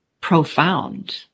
profound